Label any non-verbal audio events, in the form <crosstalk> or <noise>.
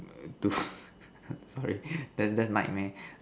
to <breath> that's that's nightmare